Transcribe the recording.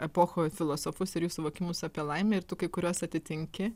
epochų filosofus ir jų suvokimus apie laimę ir tu kai kuriuos atitinki